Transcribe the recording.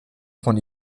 von